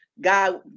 God